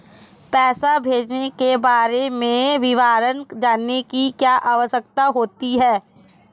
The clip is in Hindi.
पैसे भेजने के बारे में विवरण जानने की क्या आवश्यकता होती है?